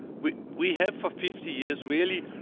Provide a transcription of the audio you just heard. we we have for fifty years really,